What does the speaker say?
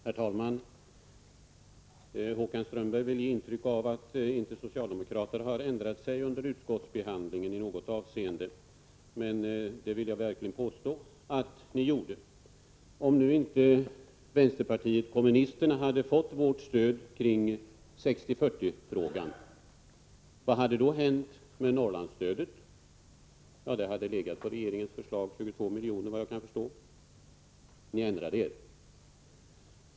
Herr talman! Håkan Strömberg vill ge intryck av att socialdemokraterna inte i något avseende ändrade sig under utskottsbehandlingen. Men jag vill verkligen påstå att ni gjorde detta. Om inte vpk hade fått vårt stöd i 60—40-frågan, vad hade då hänt med Norrlandsstödet? Det hade legat på regeringens nivå, 22 miljoner, såvitt jag kan förstå. Ni ändrade er.